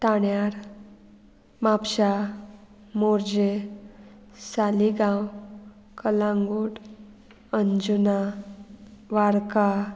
ताण्यार म्हापशां मोरजे सालीगांव कलांगूट अंजुना वार्का